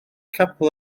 capel